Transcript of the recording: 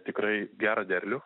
tikrai gerą derlių